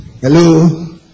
Hello